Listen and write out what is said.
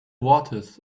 waters